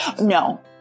No